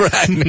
Right